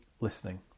Listening